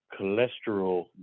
cholesterol